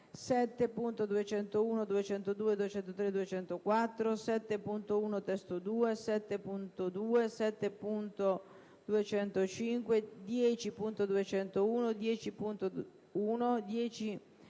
7.201, 7.202, 7.203, 7.204, 7.1 (testo 2), 7.2, 7.205, 10.201, 10.1, 10.202,